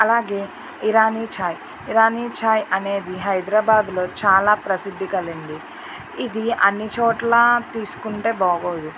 అలాగే ఇరానీ చాయ్ ఇరానీ చాయ్ అనేది హైదరాబాద్లో చాలా ప్రసిద్ధి కలిగింది ఇది అన్నీచోట్ల తీసుకుంటే బాగోదు